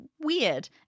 Weird